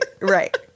Right